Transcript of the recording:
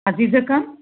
Aziza Khan